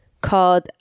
called